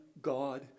God